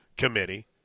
committee